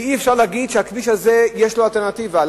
אי-אפשר להגיד שלכביש הזה יש אלטרנטיבה.